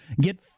get